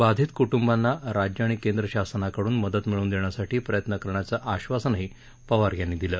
बाधित कुटुंबांना राज्य आणि केंद्र शासनाकडून मदत मिळवून देण्यासाठी प्रयत्न करण्याचं आश्वासनही पवार यांनी दिलं